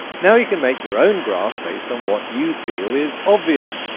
now you can make your own graph based on what you feel is obvious.